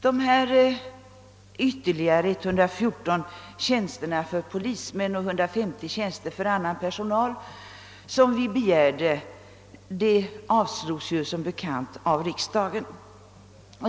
Dessa ytterligare 114 tjänster för polismän och 150 tjänster för annan personal som vi begärde avslogs som bekant av riksdagen.